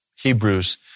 Hebrews